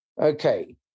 Okay